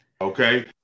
Okay